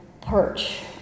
perch